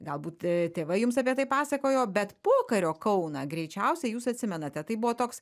galbūt tėvai jums apie tai pasakojo bet pokario kauną greičiausiai jūs atsimenate tai buvo toks